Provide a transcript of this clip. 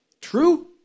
True